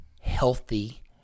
healthy